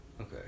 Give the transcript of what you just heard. Okay